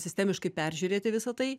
sistemiškai peržiūrėti visą tai